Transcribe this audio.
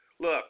Look